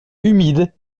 humide